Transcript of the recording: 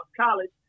college